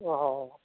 অ